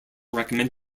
recommend